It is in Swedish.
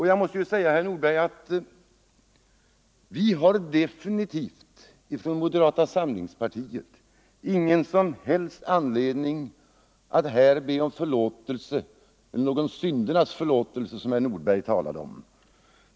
Jag måste säga, herr Nordberg, att vi har definitivt från moderata samlingspartiets sida ingen som helst anledning att här be om någon sådan syndernas förlåtelse som herr Nordberg talade om.